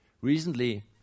Recently